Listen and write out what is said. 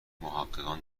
محققان